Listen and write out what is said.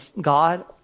God